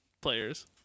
players